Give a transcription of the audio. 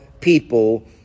people